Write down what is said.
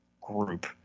group